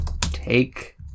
Take